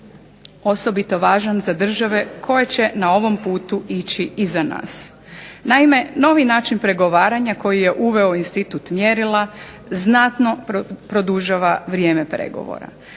osobito važan za države koje će na ovom putu ići iza nas. Naime, novi način pregovaranja koji je uveo institut mjerila znatno produžava vrijeme pregovora.